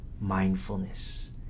mindfulness